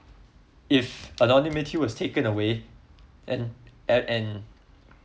if anonymity was taken away and and and